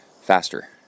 faster